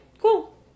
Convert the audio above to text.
cool